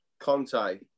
Conte